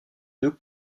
deux